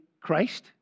Christ